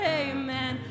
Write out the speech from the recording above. amen